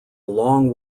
long